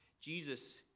Jesus